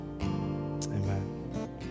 Amen